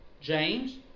James